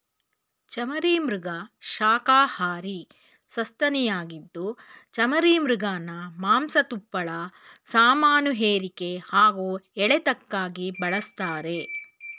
ಚಮರೀಮೃಗ ಶಾಖಹಾರಿ ಸಸ್ತನಿಯಾಗಿದ್ದು ಚಮರೀಮೃಗನ ಮಾಂಸ ತುಪ್ಪಳ ಸಾಮಾನುಹೇರಿಕೆ ಹಾಗೂ ಎಳೆತಕ್ಕಾಗಿ ಬಳಸ್ತಾರೆ